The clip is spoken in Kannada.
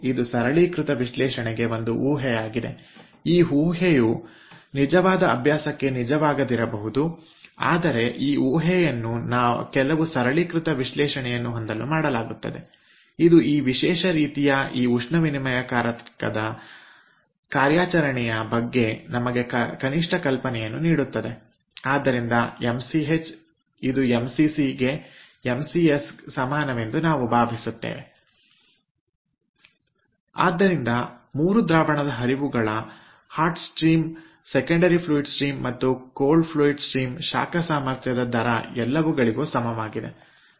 ಇದು ಸರಳೀಕೃತ ವಿಶ್ಲೇಷಣೆಗೆ ಒಂದು ಊಹೆಯಾಗಿದೆ ಈ ಊಹೆಯು ನಿಜವಾದ ಅಭ್ಯಾಸಕ್ಕೆ ನಿಜವಾಗದಿರಬಹುದು ಆದರೆ ಈ ಊಹೆಯನ್ನು ಕೆಲವು ಸರಳೀಕೃತ ವಿಶ್ಲೇಷಣೆಯನ್ನು ಹೊಂದಲು ಮಾಡಲಾಗುತ್ತದೆ ಇದು ಈ ವಿಶೇಷ ರೀತಿಯ ಉಷ್ಣ ವಿನಿಮಯಕಾರಕದ ಕಾರ್ಯಾಚರಣೆಯ ಬಗ್ಗೆ ನಮಗೆ ಕನಿಷ್ಠ ಕಲ್ಪನೆಯನ್ನು ನೀಡುತ್ತದೆ ಆದ್ದರಿಂದ ṁ mCH ಇದು ṁ Cc ಗೆ mCs ಸಮಾನವೆಂದು ನಾವು ಭಾವಿಸುತ್ತೇವೆ ಅಂದರೆ3 ದ್ರಾವಣದ ಹರಿವುಗಳ hot stream secondary fluid stream ಮತ್ತು ಕೋಲ್ಡ್ ಫ್ಲೂಯಿಡ್ ಸ್ಟ್ರೀಮ್ ಶಾಖ ಸಾಮರ್ಥ್ಯದ ದರ ಎಲ್ಲವುಗಳಿಗೂ ಸಮವಾಗಿದೆ